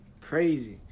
crazy